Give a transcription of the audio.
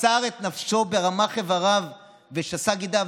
מסר את נפשו ברמ"ח אבריו ושס"ה גידיו